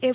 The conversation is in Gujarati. એફ